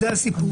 זה הסיפור.